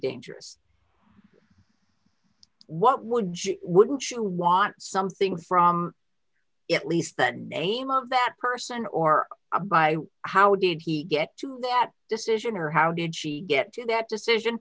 dangerous what would you wouldn't want something from it least that name of that person or by how did he get to that decision or how did she get to that decision